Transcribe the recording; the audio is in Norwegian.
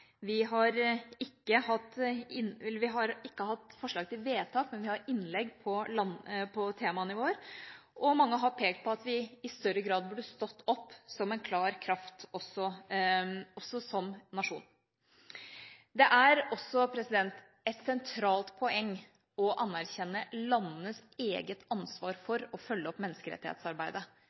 Vi har ikke hatt forslag til vedtak, men vi har hatt innlegg på temanivå, og mange har pekt på at vi i større grad burde stått opp som en klar kraft også som nasjon. Det er også et sentralt poeng å anerkjenne landenes eget ansvar for å følge opp menneskerettighetsarbeidet.